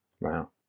wow